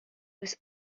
was